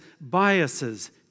biases